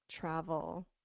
travel